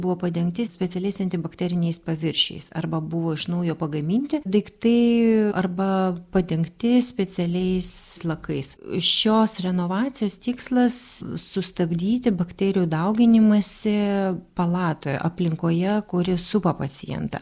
buvo padengti specialiais antibakteriniais paviršiais arba buvo iš naujo pagaminti daiktai arba padengti specialiais lakais šios renovacijos tikslas sustabdyti bakterijų dauginimąsi palatoje aplinkoje kuri supa pacientą